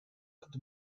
could